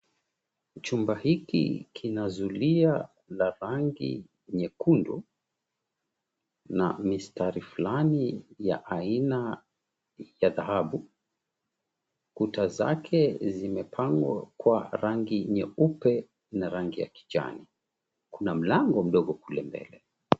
Chumba hiki kina zulia la rangi nyekundu na mistari fulani ya aina ya dhahabu, kuta zake zimepangwa kwa rangi nyeupe na rangi ya kijani, kuna mlango mdogo kule mbele.